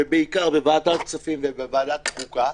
ובעיקר בוועדת כספים ובוועדת חוקה,